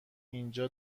اینجا